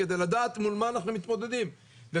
כדי לדעת מול מה אנחנו מתמודדים וכשלצערי,